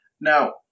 Now